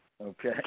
Okay